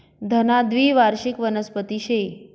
धना द्वीवार्षिक वनस्पती शे